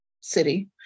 city